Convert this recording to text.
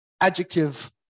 adjective